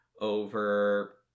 over